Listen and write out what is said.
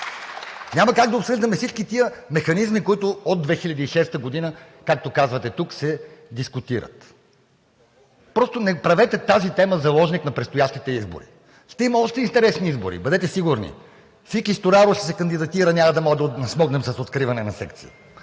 няма как да обсъждаме всички тези механизми, които от 2006 г., както казвате, тук се дискутират. Просто не правете тази тема заложник на предстоящите избори! Ще има още интересни избори, бъдете сигурни – Фики Стораро ще се кандидатира, няма да можем да смогнем с откриване на секции.